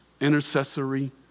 intercessory